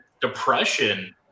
depression